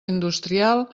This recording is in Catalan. industrial